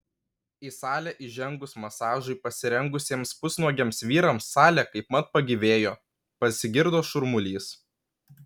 į salę įžengus masažui pasirengusiems pusnuogiams vyrams salė kaipmat pagyvėjo pasigirdo šurmulys